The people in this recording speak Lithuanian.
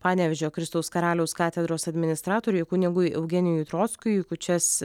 panevėžio kristaus karaliaus katedros administratoriui kunigui eugenijui trockiui kūčias